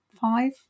five